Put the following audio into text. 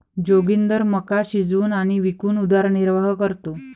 जोगिंदर मका शिजवून आणि विकून उदरनिर्वाह करतो